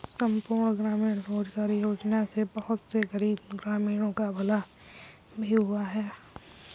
संपूर्ण ग्रामीण रोजगार योजना से बहुत से गरीब ग्रामीणों का भला भी हुआ है